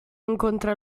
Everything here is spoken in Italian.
incontra